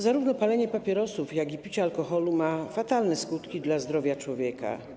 Zarówno palenie papierosów, jak i picie alkoholu ma fatalne skutki dla zdrowia człowieka.